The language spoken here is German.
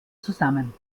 zusammen